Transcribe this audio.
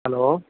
hello